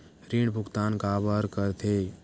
ऋण भुक्तान काबर कर थे?